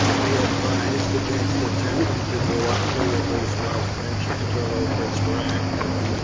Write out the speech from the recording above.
they advised against attempting to go up the rivers while french interlopers were active.